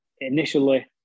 initially